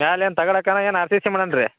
ಮ್ಯಾಲ ಏನು ಏನು ಆರ್ ಸಿ ಸಿ ಮಾಡನ್ರೀ